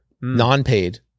Non-paid